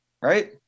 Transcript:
Right